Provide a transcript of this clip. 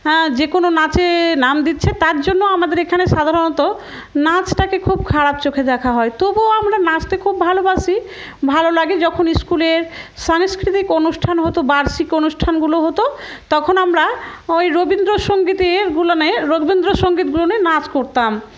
হ্যাঁ যে কোনো নাচে নাম দিচ্ছে তার জন্য আমাদের এখানে সাধারণত নাচটাকে খুব খারাপ চোখে দেখা হয় তবুও আমরা নাচতে খুব ভালোবাসি ভালো লাগে যখন স্কুলের সাংস্কৃতিক অনুষ্ঠান হতো বার্ষিক অনুষ্ঠানগুলো হতো তখন আমরা ওই রবীন্দ্রসঙ্গীতেরগুলো রবীন্দ্রসঙ্গীতগুলোনে নাচ করতাম